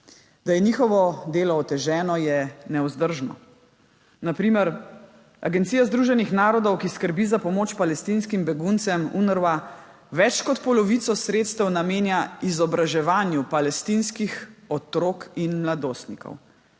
Da je njihovo delo oteženo, je nevzdržno. Na primer, agencija Združenih narodov, ki skrbi za pomoč palestinskim beguncem, UNRWA, več kot polovico sredstev namenja izobraževanju palestinskih otrok in mladostnikov.